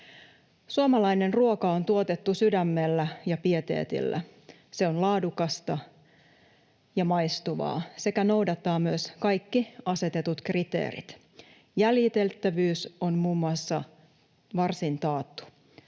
Suomalainen ruoka on tuotettu sydämellä ja pieteetillä. Se on laadukasta ja maistuvaa sekä noudattaa myös kaikkia asetettuja kriteerejä. Jäljitettävyys on muun muassa varsin taattu.